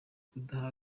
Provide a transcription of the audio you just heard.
kudaha